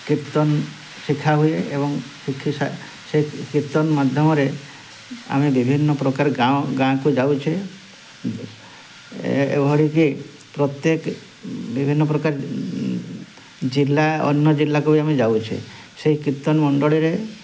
କୀର୍ତ୍ତନ ଶିଖା ହୁଏ ଏବଂ ସେଇ କୀର୍ତ୍ତନ ମାଧ୍ୟମରେ ଆମେ ବିଭିନ୍ନ ପ୍ରକାର ଗାଁ ଗାଁକୁ ଯାଉଛେ ଏଭଳିକି ପ୍ରତ୍ୟେକ ବିଭିନ୍ନ ପ୍ରକାର ଜିଲ୍ଲା ଅନ୍ୟ ଜିଲ୍ଲାକୁ ବି ଆମେ ଯାଉଛେ ସେଇ କୀର୍ତ୍ତନ ମଣ୍ଡଳୀରେ